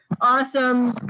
awesome